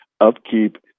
upkeep